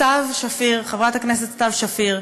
חברת הכנסת סתיו שפיר,